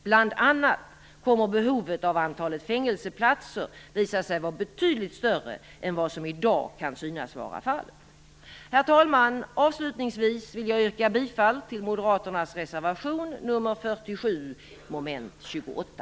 Bl.a. kommer behovet av antalet fängelseplatser att visa sig vara betydligt större än vad som i dag kan synas vara fallet. Herr talman! Avslutningsvis vill jag yrka bifall till moderaternas reservation nr 47 mom. 28.